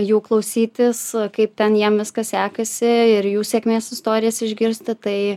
jų klausytis kaip ten jiem viskas sekasi ir jų sėkmės istorijas išgirsti tai